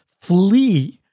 flee